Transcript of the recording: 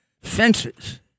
fences